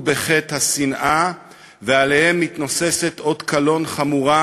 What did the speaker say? בחטא השנאה ומתנוסס עליהם אות קלון חמור,